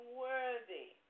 worthy